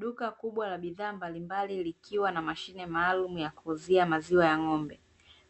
Duka kubwa la bidhaa mbalimbali likiwa na mashine maalumu ya kuuzia maziwa ya ng'ombe.